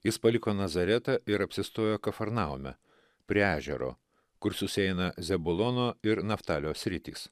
jis paliko nazaretą ir apsistoja kafarnaume prie ežero kur susieina zebulono ir naftalijos sritys